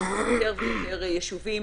יש יותר ויותר יישובים,